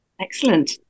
excellent